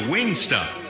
Wingstop